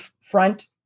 front